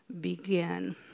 begin